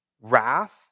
Wrath